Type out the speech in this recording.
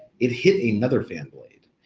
it hit another fan blade,